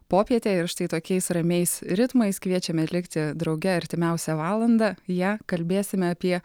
popietė ir štai tokiais ramiais ritmais kviečiame likti drauge artimiausią valandą ją kalbėsime apie